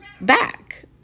back